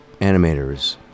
animators